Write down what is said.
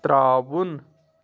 ترٛاوُن